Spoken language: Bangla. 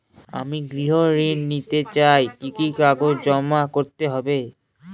আমি গৃহ ঋণ নিতে চাই কি কি কাগজ জমা করতে হবে?